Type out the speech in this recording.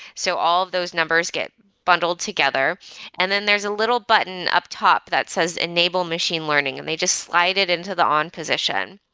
so all those numbers get bundled together and then there's a little button up top that says enable machine learning, and they just slide it into the on position.